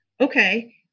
okay